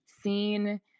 seen